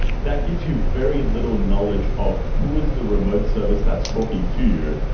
that gives you very little knowledge of who is the remote service that's talking to you.